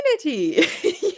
community